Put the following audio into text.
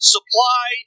Supply